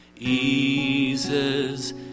Eases